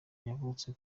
yavutse